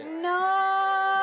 No